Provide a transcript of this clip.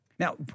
Now